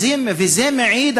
וזה מעיד,